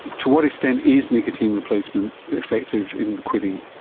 to what extent is nicotine replacement effective in quitting?